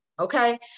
okay